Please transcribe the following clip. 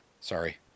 Sorry